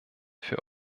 für